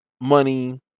money